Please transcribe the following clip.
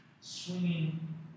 swinging